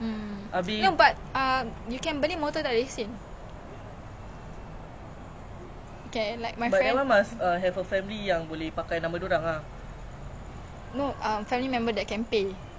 then he dah dah letak nama dia bayar dah dah ambil dah budak tu I don't know if he has his license already lah but at first when he beli takde I don't know how he gonna learn also cause of like circuit breaker last time but at least he is learning now